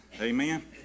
Amen